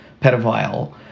pedophile